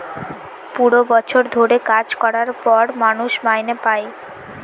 পুরো বছর ধরে কাজ করার পর মানুষ মাইনে পাই